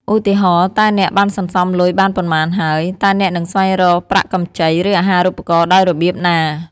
ឧទាហរណ៍ តើអ្នកបានសន្សំលុយបានប៉ុន្មានហើយ? តើអ្នកនឹងស្វែងរកប្រាក់កម្ចី ឬអាហារូបករណ៍ដោយរបៀបណា?